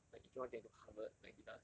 like if you want get into harvard like he does